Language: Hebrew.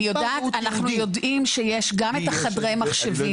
אנחנו יודעים שיש גם חדרי מחשבים.